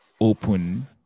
open